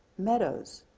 meadows,